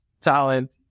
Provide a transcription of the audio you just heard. talent